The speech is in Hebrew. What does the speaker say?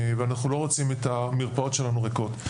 ואנחנו לא רוצים את המרפאות שלנו יהיו ריקות.